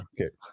Okay